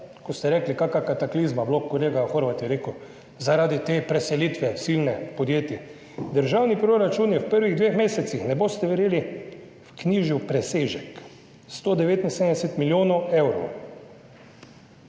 ko ste rekli, kakšna kataklizma je bila, kolega Horvat je rekel, zaradi te silne preselitve podjetij. Državni proračun je v prvih dveh mesecih, ne boste verjeli, vknjižil presežek – 179 milijonov evrov.